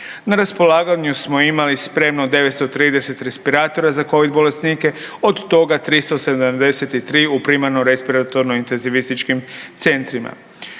Na raspolaganju smo imali spremno 930 respiratora za COVID bolesnike, od toga 373 u primarno-respiratornim intenzivističkim centrima.